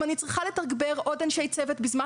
אם אני צריכה לתגבר עוד אנשי צוות בזמן